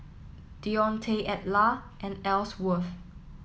Dionte Edla and Elsworth